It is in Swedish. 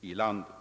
i landet.